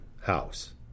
House